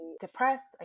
depressed